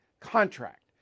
contract